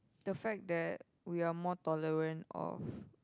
the fact that we are more tolerant of